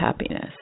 happiness